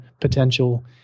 potential